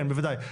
כן, בוודאי.